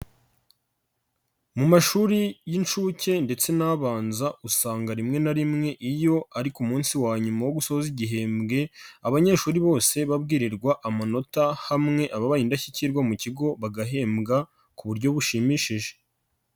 Mu mashuri y'inshuke ndetse n'abanza usanga rimwe na rimwe iyo ari ku munsi wa nyuma wo gusoza igihembwe, abanyeshuri bose babwirirwa amanota hamwe ababaye indashyikirwa mu kigo bagahembwa ku buryo bushimishije.